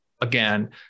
again